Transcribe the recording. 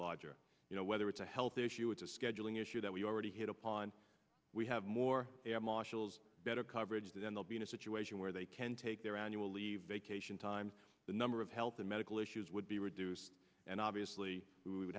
larger you know whether it's a health issue it's a scheduling issue that we already hit upon we have more air marshals better coverage then they'll be in a situation where they can take their annual leave vacation time the number of health and medical issues would be reduced and obviously we would